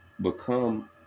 become